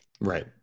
right